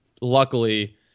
luckily